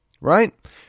right